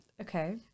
Okay